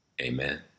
Amen